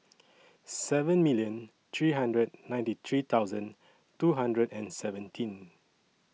seven million three hundred and ninety three thousand two hundred and seventeen